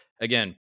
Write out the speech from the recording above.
again